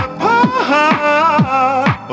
Apart